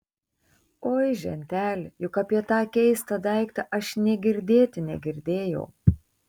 oi ženteli juk apie tą keistą daiktą aš nė girdėti negirdėjau